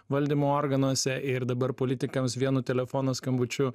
valdymo organuose ir dabar politikams vienu telefono skambučiu